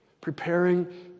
preparing